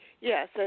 Yes